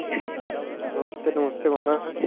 नमस्ते नमस्ते माराज